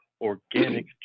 organic